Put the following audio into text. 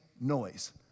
noise